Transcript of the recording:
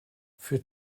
für